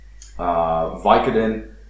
Vicodin